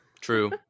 True